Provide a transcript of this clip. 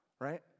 right